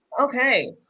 Okay